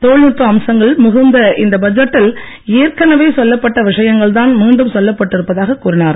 தொழில்நுட்ப அம்சங்கள் மிகுந்த இந்த பட்ஜெட்டில் ஏற்கனவே சொல்லப்பட்ட விஷயங்கள்தான் மீண்டும் சொல்லப்பட்டு இருப்பதாகக் கூறினார்